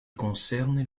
concernent